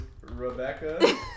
Rebecca